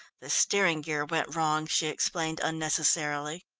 the steering gear went wrong, she explained unnecessarily.